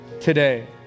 today